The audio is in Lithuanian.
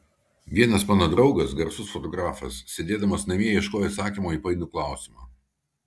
vienas mano draugas garsus fotografas sėdėdamas namie ieškojo atsakymo į painų klausimą